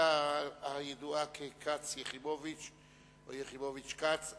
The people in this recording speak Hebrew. הידועה ככץ-יחימוביץ או יחימוביץ-כץ.